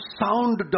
sound